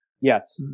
Yes